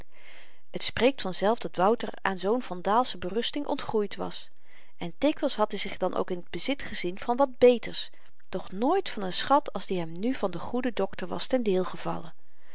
t spreekt vanzelf dat wouter aan zoo'n vandaalsche berusting ontgroeid was en dikwyls had hy zich dan ook in t bezit gezien van wat beters doch nooit van n schat als die hem nu van den goeden dokter was ten deel gevallen